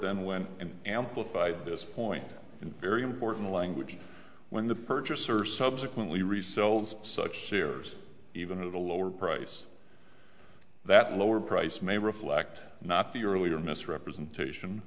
then went and amplified this point in very important language when the purchaser subsequently resold such sears even at a lower price that lower price may reflect not the earlier misrepresentation